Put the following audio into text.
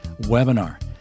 webinar